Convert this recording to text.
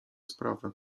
sprawy